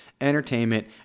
entertainment